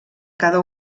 cada